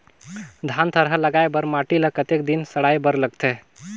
धान थरहा लगाय बर माटी ल कतेक दिन सड़ाय बर लगथे?